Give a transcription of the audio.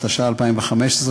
התשע"ו 2015,